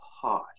pause